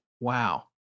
Wow